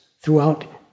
throughout